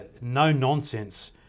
no-nonsense